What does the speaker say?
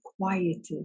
quieted